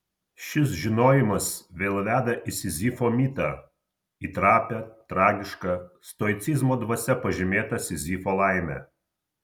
šis žinojimas vėl veda į sizifo mitą į trapią tragišką stoicizmo dvasia pažymėtą sizifo laimę